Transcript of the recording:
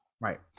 right